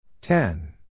Ten